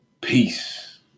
peace